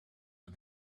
and